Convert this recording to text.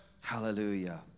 Hallelujah